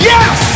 Yes